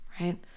right